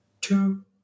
Two